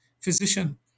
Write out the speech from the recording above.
physician